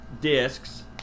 discs